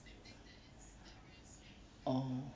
oh